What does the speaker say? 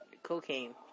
Cocaine